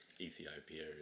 Ethiopia